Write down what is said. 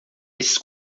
esses